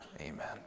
Amen